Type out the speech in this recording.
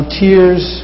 tears